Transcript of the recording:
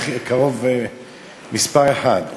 זה קרוב מספר אחת.